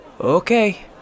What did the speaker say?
Okay